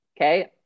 Okay